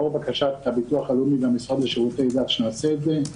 לאור בקשת הביטוח הלאומי והמשרד לשירותי דת שנעשה את זה,